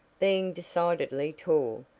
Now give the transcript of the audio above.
being decidedly tall,